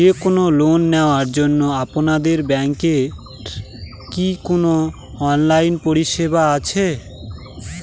যে কোন লোন নেওয়ার জন্য আপনাদের ব্যাঙ্কের কি কোন অনলাইনে পরিষেবা আছে?